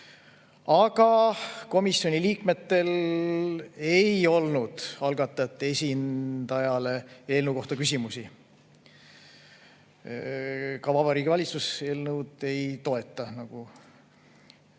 üle. Komisjoni liikmetel ei olnud algatajate esindajale eelnõu kohta küsimusi. Vabariigi Valitsus eelnõu ei toeta, nagu